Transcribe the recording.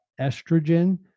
estrogen